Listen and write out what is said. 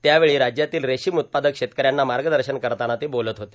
त्यावेळी राज्यातील रेशीम उत्पादक शेतकऱ्यांना मागदशन करताना ते बोलत होते